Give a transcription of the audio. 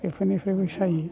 बेफोरनिफ्रायबो सायो